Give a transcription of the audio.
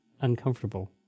uncomfortable